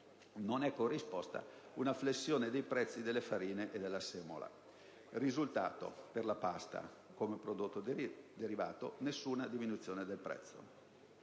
non è corrisposta una flessione dei prezzi delle farine e della semola. Il risultato per la pasta, come prodotto derivato, è stato che non ha avuto